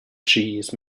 cheese